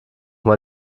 mal